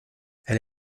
elle